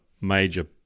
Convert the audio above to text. major